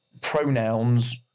pronouns